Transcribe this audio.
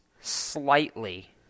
slightly